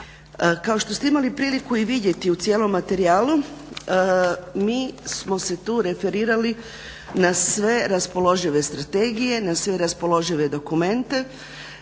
Kako što ste imali priliku i vidjeti u cijelom materiju mi smo se tu referirali na sve raspoložive strategije, na sve raspoložive dokumente.